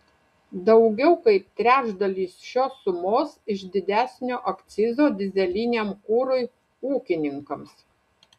daugiau kaip trečdalis šios sumos iš didesnio akcizo dyzeliniam kurui ūkininkams